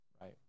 right